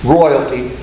royalty